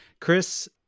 Chris